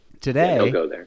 Today